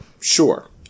Sure